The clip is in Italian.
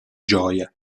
gioia